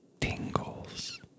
tingles